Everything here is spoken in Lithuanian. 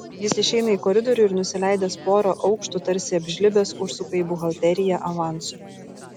jis išeina į koridorių ir nusileidęs porą aukštų tarsi apžlibęs užsuka į buhalteriją avanso